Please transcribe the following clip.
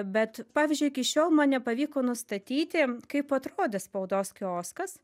bet pavyzdžiui iki šiol man nepavyko nustatyti kaip atrodė spaudos kioskas